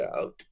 out